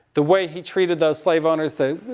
the way he treated those slave owners, the,